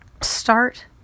start